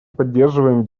поддерживаем